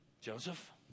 Joseph